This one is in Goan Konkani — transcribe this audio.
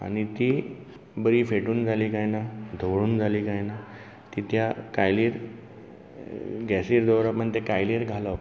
आनी तीं बरीं फेटून जालीं काय ना दवळून जालीं काय ना तीं त्या कायलीक गेसीर दवरप आनी त्या कायलीर घालप